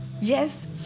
Yes